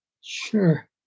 Sure